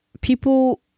People